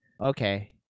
okay